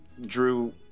Drew